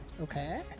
Okay